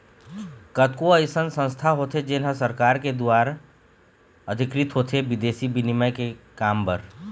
कतको अइसन संस्था होथे जेन ह सरकार के दुवार अधिकृत होथे बिदेसी बिनिमय के काम बर